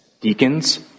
Deacons